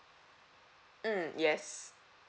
mm yes